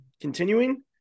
continuing